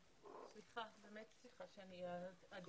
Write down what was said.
הישיבה ננעלה בשעה 10:25.